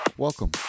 Welcome